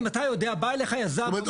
אם בא אליך יזם --- זאת אומרת,